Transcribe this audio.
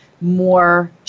more